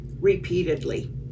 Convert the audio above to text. repeatedly